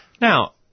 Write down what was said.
Now